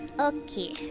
Okay